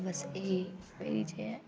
बस एह् जे ऐ